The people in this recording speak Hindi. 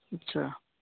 अच्छा